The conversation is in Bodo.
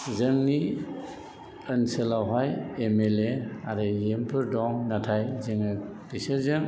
जोंनि ओनसोलावहाय एम एल ए आरो इएम फोर दं नाथाय जोङो बिसोरजों